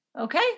Okay